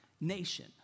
nation